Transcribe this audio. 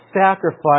sacrifice